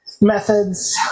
methods